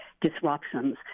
disruptions